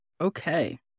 okay